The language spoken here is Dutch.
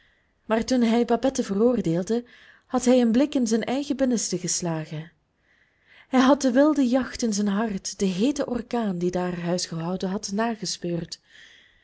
maar toen hij babette veroordeelde had hij een blik in zijn eigen binnenste geslagen hij had de wilde jacht in zijn hart den heeten orkaan die daar huisgehouden had